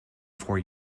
for